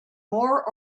more